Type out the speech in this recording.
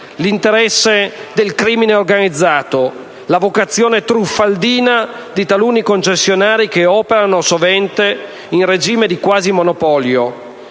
l'interesse del crimine organizzato; la vocazione "truffaldina" di taluni concessionari che operano, sovente, in regime di quasi monopolio;